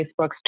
Facebook's